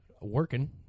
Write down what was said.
working